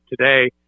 today